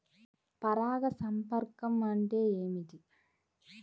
పరాగ సంపర్కం అంటే ఏమిటి?